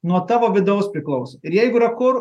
nuo tavo vidaus priklauso ir jeigu yra kur